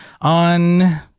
on